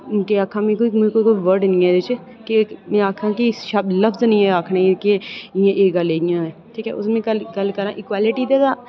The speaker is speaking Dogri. केह् आखेआ मुंह च कोई वर्ड नेईं ऐ की के आखेआ कि शब्द नेईं कोई लफ्ज नेईं आखने गी कि एह् गल्ल इ'यां ऐ ठीक ऐ उस मी गल्ल करा इक्वैलिटी दी